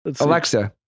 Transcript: Alexa